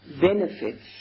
benefits